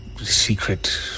secret